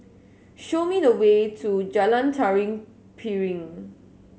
show me the way to Jalan Tari Piring